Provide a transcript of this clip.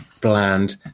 bland